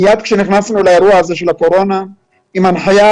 מי עת נכנסנו לאירוע הזה של הקורונה עם הנחיה